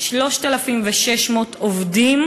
3,600 עובדים,